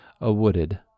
a-wooded